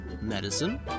medicine